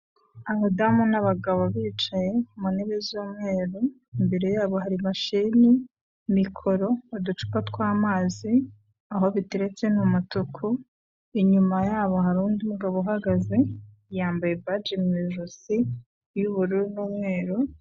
Abadamu n'abagabo bicaye mu ntebe z'umweru imbere yabo hari mashini, mikoro, uducupa tw'amazi aho dutetse ni umutuku, inyuma yabo hari undi mugabo uhagaze yambaye baje mu ijosi y'ubururu n'umweru.